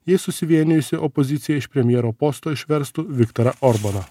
jei susivienijusi opozicija iš premjero posto išverstų viktorą orbaną